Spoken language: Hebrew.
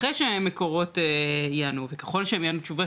אחרי שמקורות יענו וככל שהם יענו תשובה